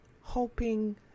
Hoping